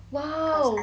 !wow!